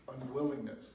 unwillingness